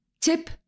Tip